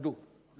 אני